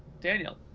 Daniel